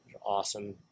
Awesome